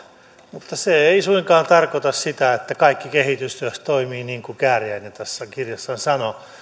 mutta se ei suinkaan tarkoita sitä että kaikki kehitystyössä toimii niin kuin kääriäinen tässä kirjassaan sanoo